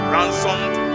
Ransomed